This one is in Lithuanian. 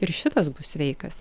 ir šitas bus sveikas